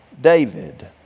David